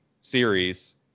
series